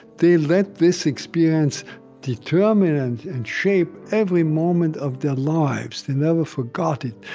they let this experience determine and and shape every moment of their lives. they never forgot it.